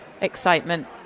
excitement